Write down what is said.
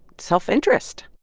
self-interest?